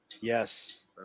Yes